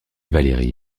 valérie